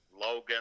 logan